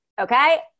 okay